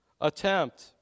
attempt